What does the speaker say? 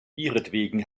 ihretwegen